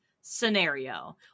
scenario